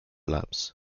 labs